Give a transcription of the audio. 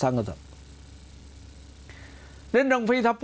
some of them then don't read up